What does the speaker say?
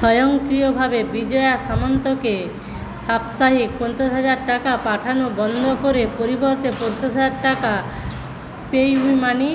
স্বয়ংক্রিয়ভাবে বিজয়া সামন্তকে সাপ্তাহিক পঞ্চাশ হাজার টাকা পাঠানো বন্ধ করে পরিবর্তে পঞ্চাশ হাজার টাকা পেইউ মানি